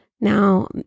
Now